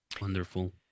Wonderful